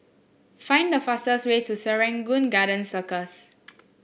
find the fastest way to Serangoon Garden Circus